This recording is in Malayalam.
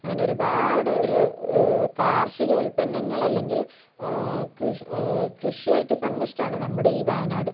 അങ്ങനെ ഒരുപാട് ഒരു കാർഷിക ഉത്പന്നങ്ങൾ അല്ലെങ്കിൽ കൃ കൃഷി കൃഷിയായിട്ട് സമ്പുഷ്ഠമാണ് നമ്മുടെ ഈ വയനാട്